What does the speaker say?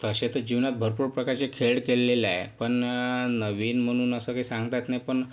तसे तर जीवनात भरपूर प्रकारचे खेळ खेळलेले आहे पण नवीन म्हणून असं काही सांगता येत नाही पण